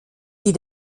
die